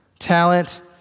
talent